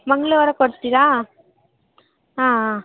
ಮಂಗ್ಳವಾರ ಕೊಡ್ತೀರಾ ಹಾಂ ಆಂ